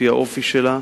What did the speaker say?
לפי האופי שלה.